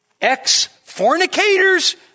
ex-fornicators